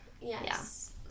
yes